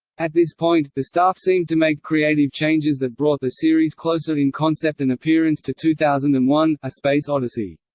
at this point, the staff seemed to make creative changes that brought the series closer in concept and appearance to two thousand and one a space odyssey.